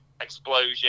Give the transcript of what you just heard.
explosion